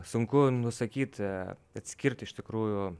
sunku nusakyti atskirti iš tikrųjų